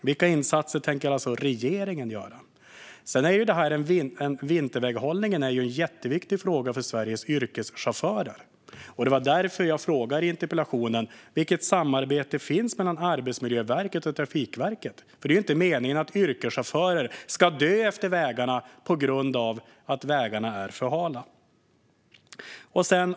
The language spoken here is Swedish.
Vilka insatser tänker alltså regeringen göra? Sedan är detta med vinterväghållningen en jätteviktig fråga för Sveriges yrkeschaufförer. Det var därför jag i interpellationen frågade vilket samarbete som finns mellan Arbetsmiljöverket och Trafikverket. Det är ju inte meningen att yrkeschaufförer ska dö utefter vägarna på grund av att vägarna är för hala.